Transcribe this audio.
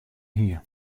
hie